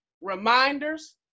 reminders